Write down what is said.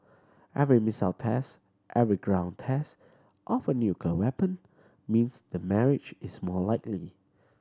every missile test every ground test of a nuclear weapon means the marriage is more likely